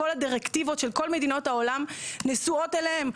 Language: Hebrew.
כל הדירקטיבות של כל מדינות העולם נשואות אליהם,